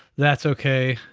that's okay.